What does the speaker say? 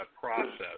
process